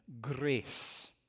grace